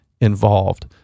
involved